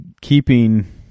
keeping